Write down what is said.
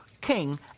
King